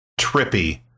trippy